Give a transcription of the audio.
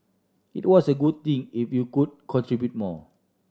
it was a good thing if you could contribute more